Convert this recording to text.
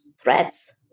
threats